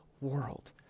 world